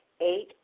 Eight